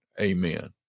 Amen